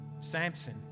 Samson